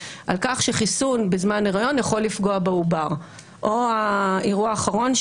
על כך שחיסון בזמן הריון יכול לפגוע בעובר או האירוע האחרון,